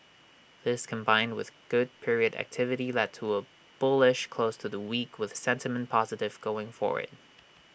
this combined with good period activity led to A bullish close to the week with sentiment positive going forward